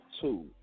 two